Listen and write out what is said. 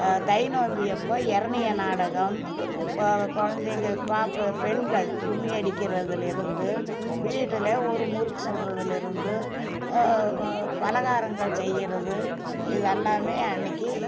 தை நோம்பு அப்போது இரணிய நாடகம் குழந்தைங்க பாப்பு பெண்கள் கும்மி அடிக்கிறதுலேருந்து வீட்டில் ஒரு முறுக்கு சுடுறதுலேருந்து ம பலகாரங்கள் செய்யறது இது எல்லாமே அன்றைக்கி